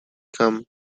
come